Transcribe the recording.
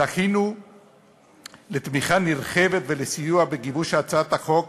זכינו לתמיכה נרחבת ולסיוע בגיבוש הצעת החוק